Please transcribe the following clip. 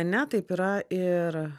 ne taip yra ir